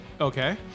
Okay